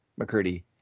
McCurdy